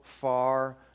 far